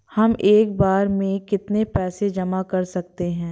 हम एक बार में कितनी पैसे जमा कर सकते हैं?